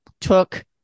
took